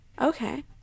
Okay